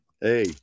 hey